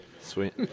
Sweet